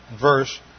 verse